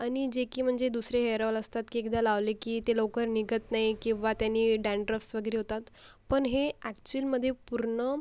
आणि जे की म्हणजे दुसरे हेयर ऑल असतात की एकदा लावले की ते लवकर निघत नाही किंवा त्यांनी डॅन्ड्रफ्स वगैरे होतात पण हे अॅक्चुलमध्ये पूर्ण